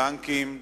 בנקים.